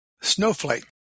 Snowflake